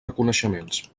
reconeixements